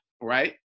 right